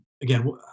again